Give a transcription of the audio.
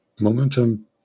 momentum